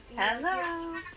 Hello